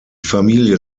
familie